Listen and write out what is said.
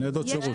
ניידות שירות.